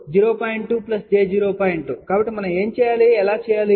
2 కాబట్టి మనం ఎలా చేయాలి